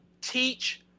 teach